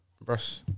Brush